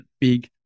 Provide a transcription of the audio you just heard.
big